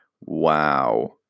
Wow